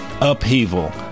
upheaval